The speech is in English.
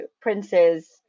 princes